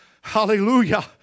Hallelujah